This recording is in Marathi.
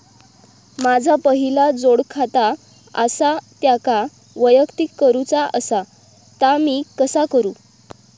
माझा पहिला जोडखाता आसा त्याका वैयक्तिक करूचा असा ता मी कसा करू?